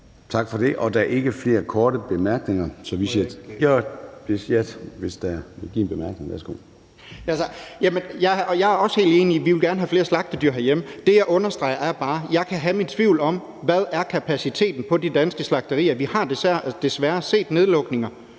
Tak for det. Ordføreren, værsgo. Kl. 16:47 Kristian Bøgsted (DD): Jeg er også helt enig, for vi vil gerne have flere slagtedyr herhjemme. Det, jeg understreger, er bare, at jeg kan have mine tvivl om, hvad kapaciteten er på de danske slagterier. Vi har desværre set nedlukninger.